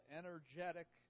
energetic